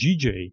GJ